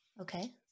Okay